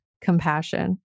Compassion